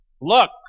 Look